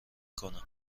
کنم